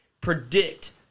predict